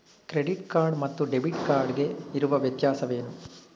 Credit card ಮತ್ತು debit card ಗೆ ಇರುವ ವ್ಯತ್ಯಾಸವೇನು?